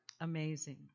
Amazing